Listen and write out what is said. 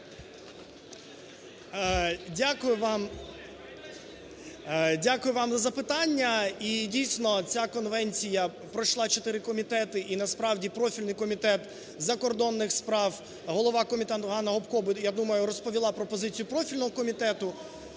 дякую вам за запитання. І, дійсно, ця конвенція пройшла чотири комітети, і насправді профільний Комітет закордонних справ, голова комітету Ганна Гопко, я думаю, розповіла про позицію профільного комітету.